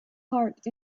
heart